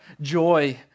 joy